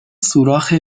سوراخ